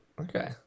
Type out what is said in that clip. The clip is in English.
Okay